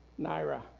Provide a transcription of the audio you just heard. Naira